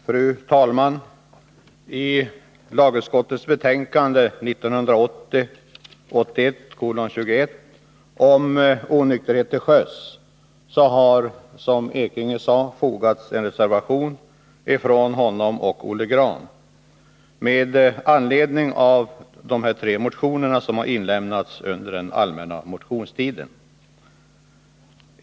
Fru talman! Vid lagutskottets betänkande 1980/81:21 om onykterhet till sjöss har, som Bernt Ekinge sade, fogats en reservation från honom och Olle Grahn med anledning av tre motioner som inlämnats under den allmänna motionstiden.